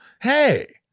Hey